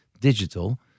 digital